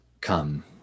Come